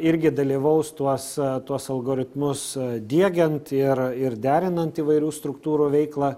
irgi dalyvaus tuos tuos algoritmus diegiant ir ir derinant įvairių struktūrų veiklą